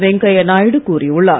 வெங்கைய நாயுடு கூறியுள்ளார்